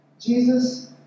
Jesus